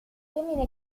femmine